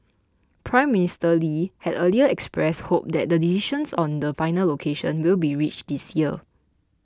Prime Minister Lee had earlier expressed hope that the decision on the final location will be reached this year